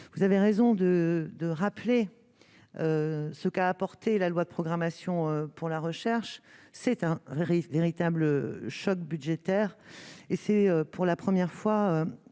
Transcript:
vous avez raison de de rappeler ce qu'a apporté la loi de programmation pour la recherche, c'est un un véritable choc budgétaire et c'est pour la première fois